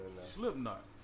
slipknot